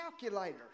calculator